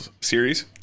series